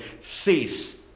cease